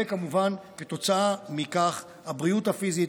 וכמובן כתוצאה מכך ייפגעו הבריאות הפיזית,